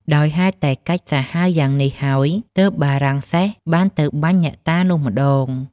ដោយហេតុតែកាចសាហាវយ៉ាងនេះហើយ ទើបបារាំងសែស បានទៅបាញ់អ្នកតានោះម្ដង ។